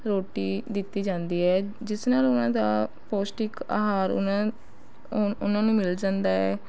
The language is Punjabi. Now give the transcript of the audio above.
ਰੋਟੀ ਦਿੱਤੀ ਜਾਂਦੀ ਹੈ ਜਿਸ ਨਾਲ ਉਹਨਾਂ ਦਾ ਪੋਸ਼ਟਿਕ ਅਹਾਰ ਉਹਨਾਂ ਉਹ ਉਹਨਾਂ ਨੂੰ ਮਿਲ ਜਾਂਦਾ ਹੈ